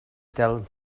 del